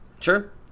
Sure